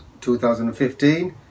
2015